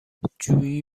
جویی